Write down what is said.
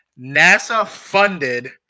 NASA-funded